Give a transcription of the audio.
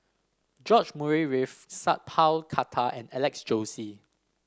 George Murray Reith Sat Pal Khattar and Alex Josey